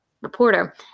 reporter